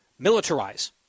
militarize